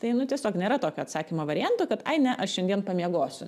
tai nu tiesiog nėra tokio atsakymo varianto kad ai ne aš šiandien pamiegosiu